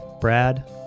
Brad